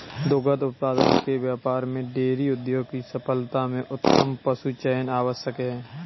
दुग्ध उत्पादन के व्यापार में डेयरी उद्योग की सफलता में उत्तम पशुचयन आवश्यक है